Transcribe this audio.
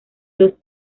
dos